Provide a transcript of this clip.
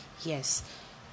yes